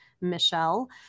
Michelle